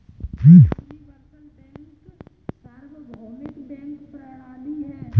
universal bank सार्वभौमिक bank प्रणाली है